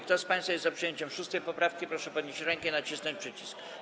Kto z państwa jest za przyjęciem 6. poprawki, proszę podnieść rękę i nacisnąć przycisk.